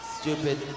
stupid